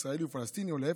ישראלי ופלסטינית או להפך,